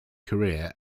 career